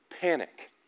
panic